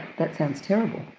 that sounds terrible